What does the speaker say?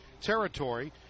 territory